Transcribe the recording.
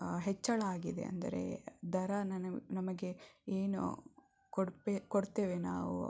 ಹೆಚ್ಚಳ ಆಗಿದೆ ಅಂದರೆ ದರ ನನ್ನ ನಮಗೆ ಏನು ಕೊಡ್ಬೇ ಕೊಡ್ತೇವೆ ನಾವು